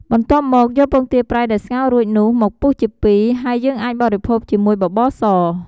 បន្ទាប់មក យកពងទាប្រៃដែលស្ងោររួចនោះមកពុះជាពីរ ហើយយើងអាចបរិភោគជាមួយបបរស។